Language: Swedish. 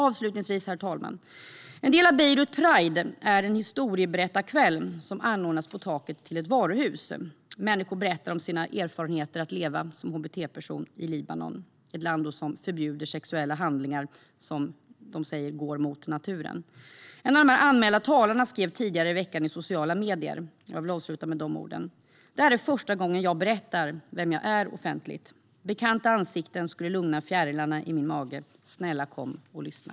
Avslutningsvis, herr talman, är en del av Beirut Pride en historieberättarkväll som anordnas på taket till ett varuhus. Människor berättar om sina erfarenheter av att leva som hbt-person i Libanon, ett land som förbjuder sexuella handlingar som sägs gå mot naturen. En av de anmälda talarna skrev tidigare i veckan i sociala medier. Jag vill avsluta med de orden: Det här är första gången jag berättar vem jag är offentligt. Bekanta ansikten skulle lugna fjärilarna i min mage. Snälla, kom och lyssna!